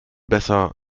besser